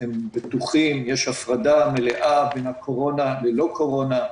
הם בטוחים, יש הפרדה מלא בין הקורונה ללא קורונה.